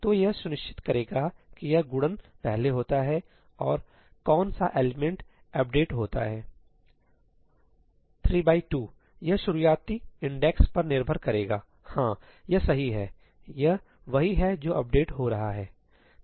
तो यह सुनिश्चित करेगा कि यह गुणन पहले होता है और कौन सा एलिमेंट् अपडेट होता है 32यह शुरुआती इंडेक्स पर निर्भर करेगा हाँ यह सही है यह वही है जो अपडेट हो रहा है